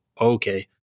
okay